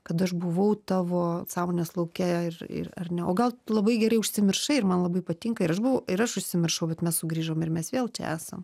kad aš buvau tavo sąmonės lauke ir ir ar ne o gal labai gerai užsimiršai ir man labai patinka ir aš buvau ir aš užsimiršau bet mes sugrįžom ir mes vėl čia esam